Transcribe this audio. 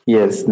Yes